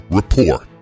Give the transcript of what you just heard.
report